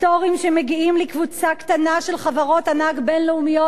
פטורים שמגיעים לקבוצה קטנה של חברות ענק בין-לאומיות.